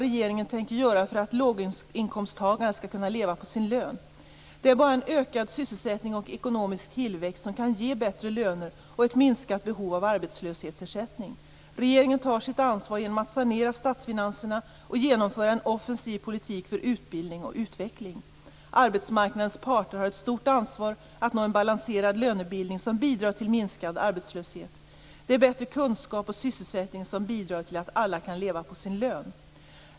Det är bara en ökad sysselsättning och ekonomisk tillväxt som kan ge bättre löner och ett minskat behov av arbetslöshetsersättning. Regeringen tar sitt ansvar genom att sanera statsfinanserna och genomföra en offensiv politik för utbildning och utveckling. Arbetsmarknadens parter har ett stort ansvar att nå en balanserad lönebildning som bidrar till minskad arbetslöshet. Det är bättre kunskap och sysselsättning som bidrar till att alla kan leva på sin lön.